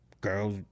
girls